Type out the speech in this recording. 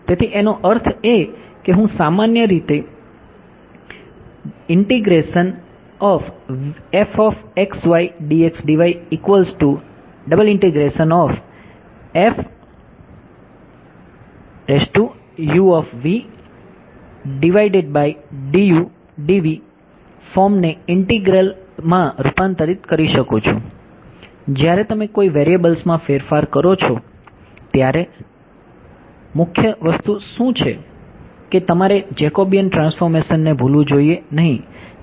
તેથી એનો અર્થ એ કે હું સામાન્ય રીતે ફોર્મ ને ઇંટીગ્રલમાં રૂપાંતરિત કરી શકું છું જ્યારે તમે કોઈ વેરિયેબલ્સમાં ફેરફાર કરો છો ત્યારે મુખ્ય વસ્તુ શું છે કે તમારે જેકોબિયનનું ટ્રાન્સફોર્મેશનને ભૂલવું જોઈએ નહીં